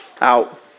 out